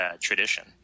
Tradition